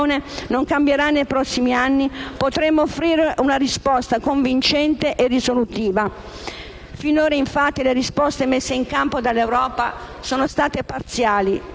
non cambierà nei prossimi anni, potremo offrire una risposta convincente e risolutiva. Finora, infatti, le risposte messe in campo dall'Europa sono state parziali